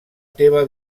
teva